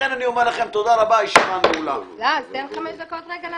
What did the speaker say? הישיבה ננעלה בשעה 17:25.